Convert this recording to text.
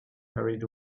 hurried